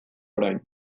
orain